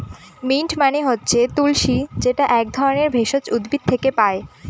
mint মানে হচ্ছে তুলশী যেটা এক ধরনের ভেষজ উদ্ভিদ থেকে পায়